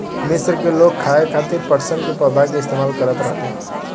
मिस्र के लोग खाये खातिर पटसन के पौधा के इस्तेमाल करत रहले